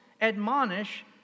admonish